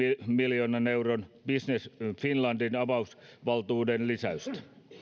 miljoonan euron business finlandin avustusvaltuuden lisäystä